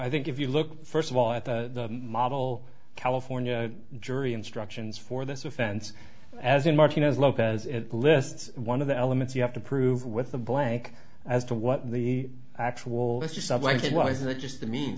i think if you look first of all at the model california jury instructions for this offense as in martinez lopez it lists one of the elements you have to prove with the blank as to what the actual subway was the just the means